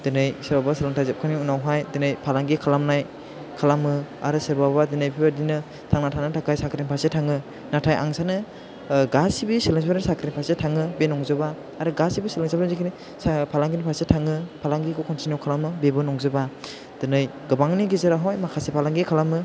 दिनै सोरहाबा सोलोंथाइ जोबखांनायनि उनावहाय दिनै फालांगि खालामनाय खालामो आरो सोरबा बा दिनै बेफोर बादिनो थांना थानो थाखाय साख्रि फारसे थाङो नाथाय आं सानो गासैबो सोलोंसाफ्रा साख्रि फारसे थाङो बे नंजोबा आरो गासैबो सोलोंसाफोरा फालांगि फारसे थाङो फालांगिखौ कन्टिनिउ खालामो बेबो नंजोबा दिनै गोबांनि गेजेराव हाय माखासे फालांगि खालामो